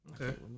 Okay